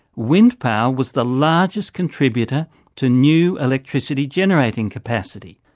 wind power was the largest contributor to new electricity generating capacity.